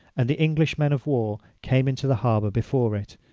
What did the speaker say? and the english men of war came into the harbour before it,